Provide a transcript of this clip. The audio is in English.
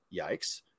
yikes